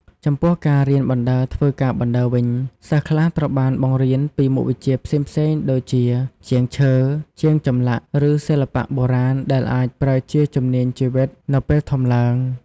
ចំពោះការរៀនបណ្ដើរធ្វើការបណ្ដើរវិញ សិស្សខ្លះត្រូវបានបង្រៀនពីមុខវិជ្ជាផ្សេងៗដូចជាជាងឈើ ជាងចម្លាក់ឬសិល្បៈបុរាណដែលអាចប្រើជាជំនាញជីវិតនៅពេលធំឡើង។